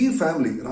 family